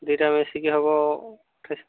ଦିଟାକୁ ମିଶିକି ହେବ